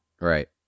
Right